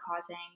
causing